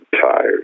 tired